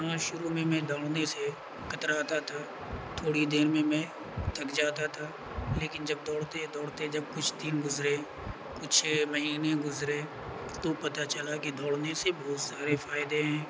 ہاں شروع میں میں دوڑنے سے کطراتتا تھا تھوڑی دیر میں میں تھک جاتا تھا لیکن جب دوڑتے دوڑتے جب کچھ دن گزرے کچھ مہینے گزرے تو پتہ چلا کہ دوڑنے سے بہت سارے فائدے ہیں